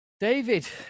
David